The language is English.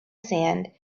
sand